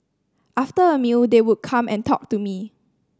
after a meal they would come and talk to me